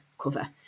cover